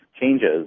changes